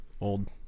old